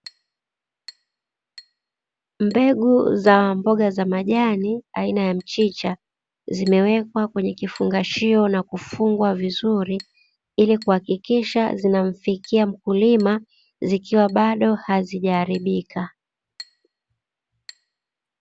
Mbegu za mboga za majani aina ya mchicha, zimewekwa kwenye kifungashio na kufungwa vizuri ili kuhakikisha zinamfikia mkulima zikiwa bado hazijaharibika.